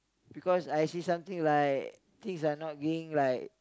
because I see something like things are not being like